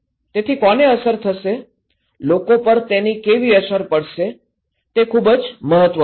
તેથી કોને અસર થશે લોકો પર તેની કેવી અસર પડશે તે ખૂબ મહત્વનું છે